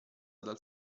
dal